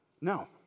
No